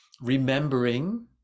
remembering